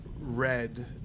red